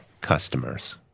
customers